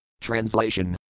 Translation